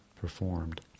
performed